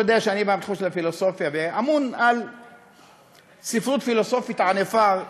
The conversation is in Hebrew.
אתה יודע שאני בא מתחום הפילוסופיה ואמון על ספרות פילוסופית ענפה.